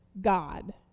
God